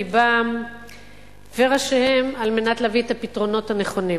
לבם וראשיהם על מנת להביא את הפתרונות הנכונים.